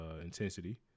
intensity